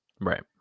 Right